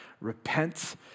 Repent